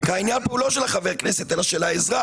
העניין פה הוא לא של חבר הכנסת אלא של האזרח,